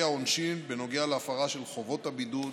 העונשין בנוגע להפרה של חובות הבידוד,